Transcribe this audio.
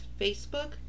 Facebook